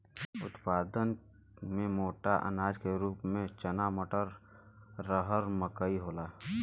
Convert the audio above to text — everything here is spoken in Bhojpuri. उत्पादन में मोटा अनाज के रूप में चना मटर, रहर मकई होला